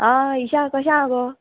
आं इशा कशें आहा गो